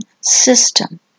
system